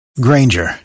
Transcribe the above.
Granger